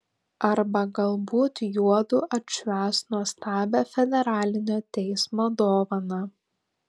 arba galbūt juodu atšvęs nuostabią federalinio teismo dovaną